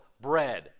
bread